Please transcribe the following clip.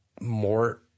more